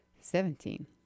Seventeen